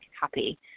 happy